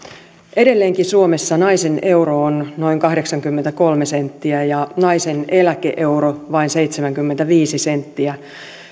edelleenkin suomessa naisen euro on noin kahdeksankymmentäkolme senttiä ja naisen eläke euro vain seitsemänkymmentäviisi senttiä